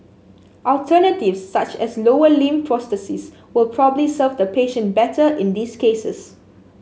alternatives such as lower limb prosthesis will probably serve the patient better in these cases